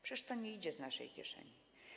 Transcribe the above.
Przecież to nie idzie z naszej kieszeni.